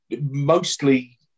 mostly